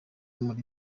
muri